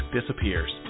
disappears